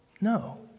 No